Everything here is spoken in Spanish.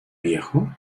viejo